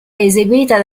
eseguita